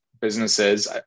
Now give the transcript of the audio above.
businesses